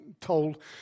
told